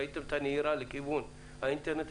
ראיתם את הנהירה לכיוון האינטרנט.